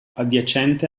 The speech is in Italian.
adiacente